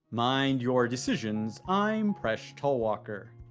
mind your decisions, i'm presh talwalkar.